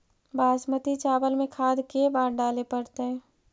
बासमती चावल में खाद के बार डाले पड़तै?